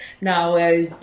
Now